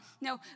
No